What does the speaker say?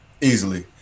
easily